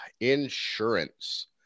insurance